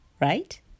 Right